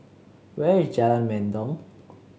where is Jalan Mendong